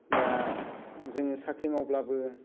दा जों साख्रि मावब्लाबो